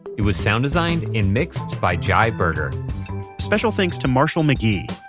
it was sound designed and mixed by jai berger special thanks to marshall mcgee.